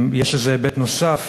יש לזה היבט נוסף,